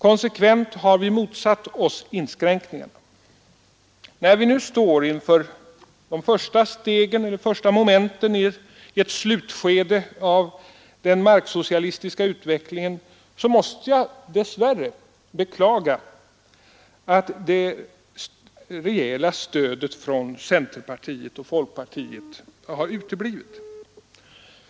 Konsekvent har vi motsatt oss inskränkningarna. När vi nu står inför de första momenten i ett slutskede av den marksocialistiska utvecklingen måste jag dess värre beklaga att det rejäla stödet från centerpartiet och folkpartiet har uteblivit.